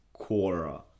quora